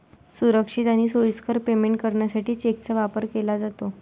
सुरक्षित आणि सोयीस्कर पेमेंट करण्यासाठी चेकचा वापर केला जातो